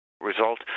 result